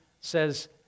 says